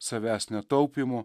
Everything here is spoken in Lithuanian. savęs netaupymo